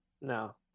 No